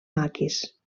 maquis